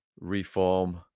reform